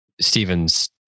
Stephen's